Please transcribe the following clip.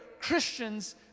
Christians